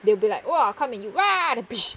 they will be like !wah! come and you